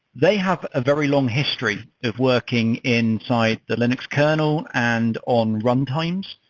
they have a very long history of working inside the linux kernel and on runtimes,